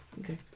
Okay